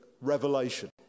revelation